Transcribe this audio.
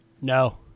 No